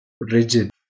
rigid